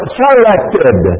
selected